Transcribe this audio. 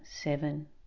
seven